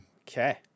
Okay